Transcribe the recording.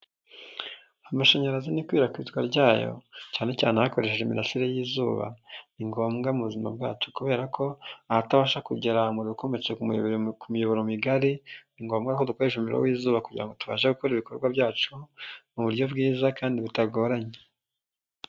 Amashanyarazi n'ikwirakwizwa ryayo cyane cyane hakoreshejwe imirasire y'izuba, ni ngombwa mu buzima bwacu kubera ko ahatabasha kugera mu bikome ku miyoboro migari, ni ngombwa ko dukoresha imiyoboro y'izuba kugira ngo tubashe gukora ibikorwa byacu mu buryo bwiza kandi bitagoranye.